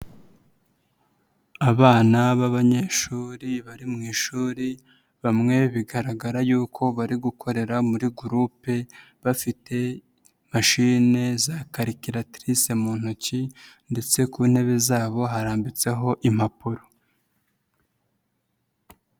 Abana b'abanyeshuri bari mu ishuri bamwe bigaragara y'uko bari gukorera muri gurupe bafite mashine za karikiratirise mu ntoki ndetse ku ntebe zabo harambitseho impapuro.